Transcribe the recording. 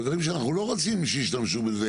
או דברים שאנחנו לא רוצים שישתמשו בזה